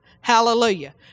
Hallelujah